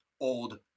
old